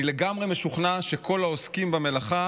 אני לגמרי משוכנע שכל העוסקים במלאכה